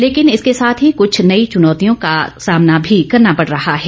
लेकिन इसके साथ ही कुछ नई चुनौतियों का सामना भी करना पड़ रहा है